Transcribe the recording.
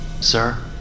Sir